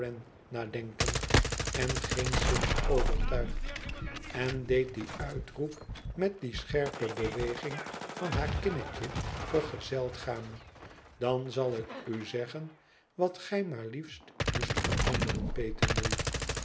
nadenkend en geenszins overtuigd en deed dien uitroep met die scherpe beweging van haar kinnetje vergezeld gaan dan zal ik u zeggen wat gij maar liefst moest veranderen